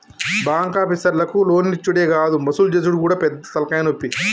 బాంకాపీసర్లకు లోన్లిచ్చుడే గాదు వసూలు జేసుడు గూడా పెద్ద తల్కాయనొప్పి